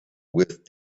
with